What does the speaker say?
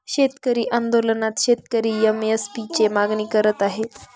शेतकरी आंदोलनात शेतकरी एम.एस.पी ची मागणी करत आहे